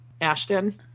ashton